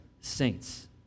saints